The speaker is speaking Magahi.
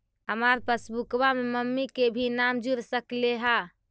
हमार पासबुकवा में मम्मी के भी नाम जुर सकलेहा?